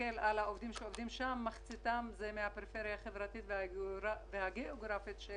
נסתכל על העובדים שעובדים שם מחציתם מהפריפריה החברתית והגיאוגרפית של